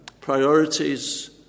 priorities